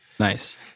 Nice